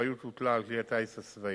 האחריות הוטלה על כלי הטיס הצבאי,